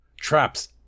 Traps